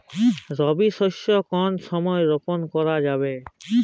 রবি শস্য কোন সময় রোপন করা যাবে?